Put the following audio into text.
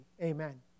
Amen